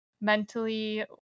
mentally